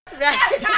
right